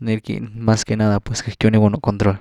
ni rquiny pues mas que nada pues gëckyw ni gunu control.